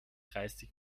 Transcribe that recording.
dreißig